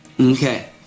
Okay